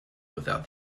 without